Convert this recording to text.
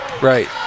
Right